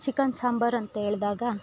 chicken sambar ಅಂತೇಳ್ದಾಗ